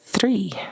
three